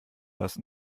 das